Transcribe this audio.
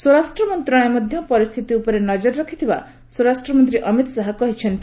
ସ୍ୱରାଷ୍ଟ୍ର ମନ୍ତ୍ରଣାଳୟ ମଧ୍ୟ ପରିସ୍ଥିତି ଉପରେ ନଜର ରଖିଥିବା ସ୍ୱରାଷ୍ଟ୍ର ମନ୍ତ୍ରୀ ଅମିତ୍ ଶାହା କହିଛନ୍ତି